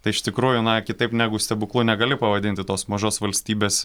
tai iš tikrųjų na kitaip negu stebuklu negali pavadinti tos mažos valstybės